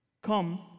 Come